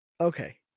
Okay